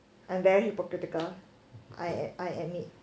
I'm very hypocritical I I admit